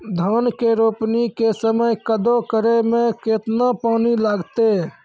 धान के रोपणी के समय कदौ करै मे केतना पानी लागतै?